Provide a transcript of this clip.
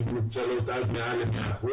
תשתיות שמנוצלות עד מעל ל-100%,